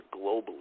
globally